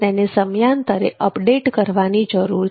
તેને સમયાંતરે અપડેટ કરવાની જરૂર છે